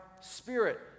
spirit